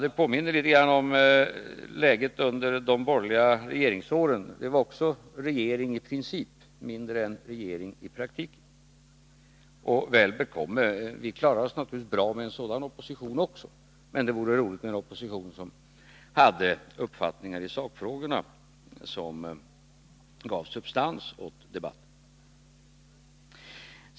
Det påminner litet om läget under de borgerliga regeringsåren, då vi mer hade en regering i princip än en regering i praktiken. Och väl bekomme! Vi klarar oss naturligtvis också med en sådan opposition, men det vore roligt med en opposition som i sakfrågorna hade uppfattningar som gav substans åt debatten.